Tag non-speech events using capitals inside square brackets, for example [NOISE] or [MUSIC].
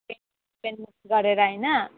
[UNINTELLIGIBLE] गरेर होइन